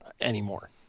anymore